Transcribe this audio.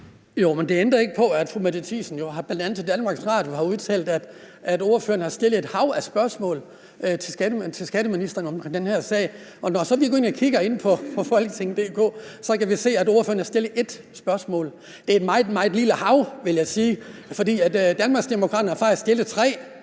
Men det ændrer ikke på, at fru Mette Thiesen bl.a. til DR jo har udtalt, at hun har stillet et hav af spørgsmål til skatteministeren om den her sag, og at når vi så går ind og kigger inde på www.ft.dk, kan vi se, at hun har stillet ét spørgsmål. Det er et meget, meget lille hav, vil jeg sige. Danmarksdemokraterne har faktisk stillet tre, og